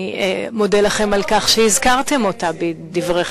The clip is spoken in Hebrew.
אני מודה לכם על כך שהזכרתם אותה בדבריכם.